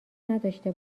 نداشته